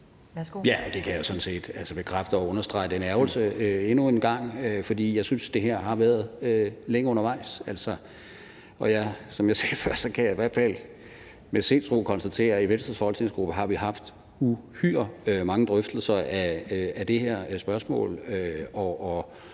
Ja, og jeg kan sådan set bekræfte og understrege den ærgrelse endnu en gang, for jeg synes, det her har været længe undervejs. Og som jeg sagde før, kan jeg i hvert fald med sindsro konstatere, at vi i Venstres folketingsgruppe har haft uhyre mange drøftelser af det her spørgsmål,